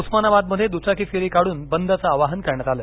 उस्मानाबादमध्ये दुचाकी फेरी काढून बंदचं आवाहन करण्यात आलं